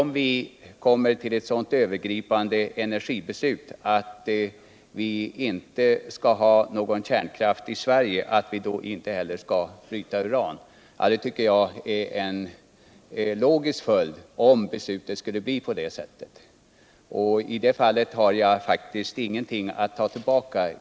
om vi kommer fram till ett övergripande energibeslut om att vi inte skall ha någon kärnkraft i Sverige. Jag tycker emellertid att detta är en logisk följd, om vi nu skulle fatta ett sådant beslut. I detta sammanhang har jag faktiskt ingenting att ta tillbaka.